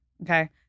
okay